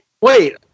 Wait